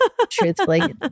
Truthfully